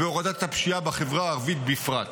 ובהורדת הפשיעה בחברה הערבית בפרט.